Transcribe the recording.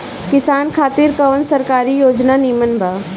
किसान खातिर कवन सरकारी योजना नीमन बा?